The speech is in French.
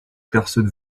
personne